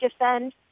defend